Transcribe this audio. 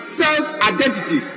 self-identity